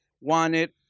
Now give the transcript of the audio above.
wanted